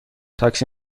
تاکسی